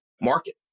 market